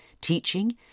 teaching